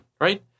Right